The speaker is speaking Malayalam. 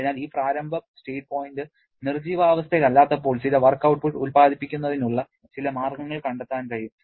അതിനാൽ ഈ പ്രാരംഭ സ്റ്റേറ്റ് പോയിന്റ് നിർജ്ജീവാവസ്ഥയിൽ അല്ലാത്തപ്പോൾ ചില വർക്ക് ഔട്ട്പുട്ട് ഉൽപാദിപ്പിക്കുന്നതിനുള്ള ചില മാർഗ്ഗങ്ങൾ കണ്ടെത്താൻ കഴിയും